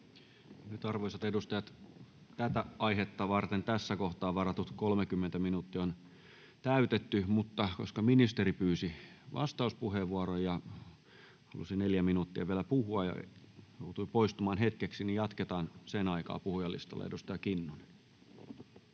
Nyt, arvoisat edustajat, tätä aihetta varten tässä kohtaa varatut 30 minuuttia on täytetty, mutta koska ministeri pyysi vastauspuheenvuoron ja halusi vielä puhua 4 minuuttia ja joutui poistumaan hetkeksi, niin jatketaan sen aikaa puhujalistalla. — Edustaja Kinnunen.